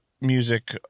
music